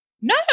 no